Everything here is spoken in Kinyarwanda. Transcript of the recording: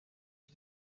nzu